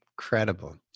incredible